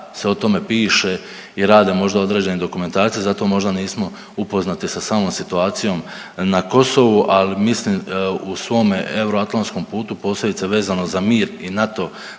se o tome piše i rade možda određene dokumentacije, zato možda nismo upoznati sa samom situacijom na Kosovu, ali mislim u svome euroatlantskom putu, posebice vezano za mir i NATO